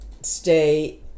stay